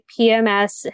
PMS